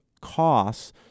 costs